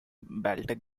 baltic